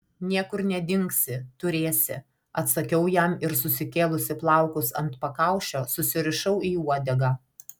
niekur nedingsi turėsi atsakiau jam ir susikėlusi plaukus ant pakaušio susirišau į uodegą